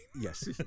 Yes